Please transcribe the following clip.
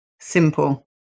simple